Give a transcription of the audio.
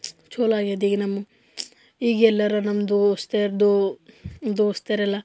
ಚಲೋ ಆಗಿದೆ ಈಗ ನಮ್ಗೆ ಈಗ ಎಲ್ಲರೂ ನಮ್ಮ ದೋಸ್ತ್ಯರ್ದು ದೋಸ್ತರೆಲ್ಲ